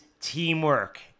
teamwork